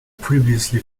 previously